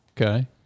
Okay